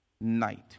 night